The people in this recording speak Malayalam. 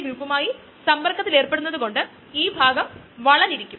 എൻസൈമുകൾ മാത്രമല്ല നമ്മൾ നേരത്തെ കണ്ട കോശങ്ങൾ അവ നിശ്ചലമാക്കാം